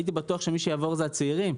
הייתי בטוח שמי שיעבור זה הצעירים.